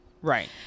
right